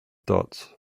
dots